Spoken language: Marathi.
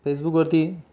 फेसबुकवरती